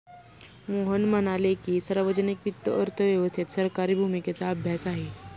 मोहन म्हणाले की, सार्वजनिक वित्त अर्थव्यवस्थेत सरकारी भूमिकेचा अभ्यास आहे